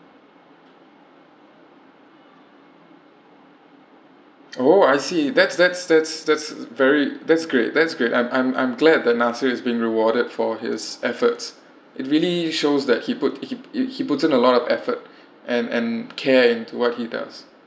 oh I see that's that's that's that's very that's great that's great I'm I'm I'm glad that nasir is being rewarded for his efforts it really shows that he put he he he puts in a lot of effort and and care into what he does